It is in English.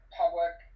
public